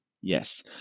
Yes